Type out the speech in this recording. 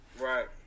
Right